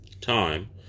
time